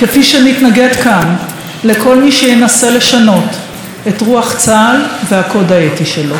כפי שנתנגד כאן לכל מי שינסה לשנות את רוח צה"ל והקוד האתי שלו.